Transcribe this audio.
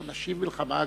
אנחנו נשיב מלחמה.